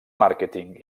màrqueting